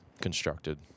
constructed